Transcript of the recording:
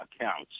accounts